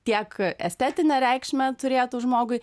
tiek estetinę reikšmę turėtų žmogui